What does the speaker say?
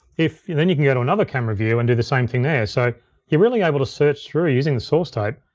if, and then you can go to another camera view and do the same thing there. so you're really able to search through using the source tape,